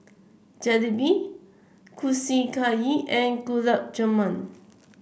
Jalebi Kushiyaki and Gulab Jamun